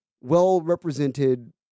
well-represented